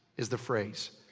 is the phrase.